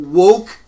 woke